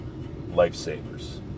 lifesavers